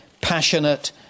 passionate